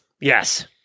Yes